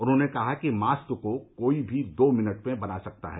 उन्होंने कहा कि मास्क को कोई भी दो मिनट में बना सकता है